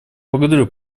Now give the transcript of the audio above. благодарю